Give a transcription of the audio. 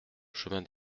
chemin